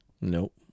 Nope